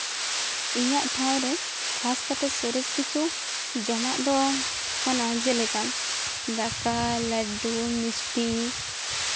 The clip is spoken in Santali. ᱤᱧᱟᱹᱜ ᱴᱷᱟᱶ ᱨᱮ ᱠᱷᱟᱥ ᱠᱟᱛᱮᱜ ᱥᱚᱨᱮᱥ ᱠᱤᱪᱷᱩ ᱡᱚᱢᱟᱜ ᱫᱚ ᱠᱟᱱᱟ ᱡᱮᱞᱮᱠᱟ ᱫᱟᱠᱟ ᱞᱟᱹᱰᱩ ᱢᱤᱥᱴᱤ